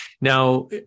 Now